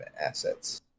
assets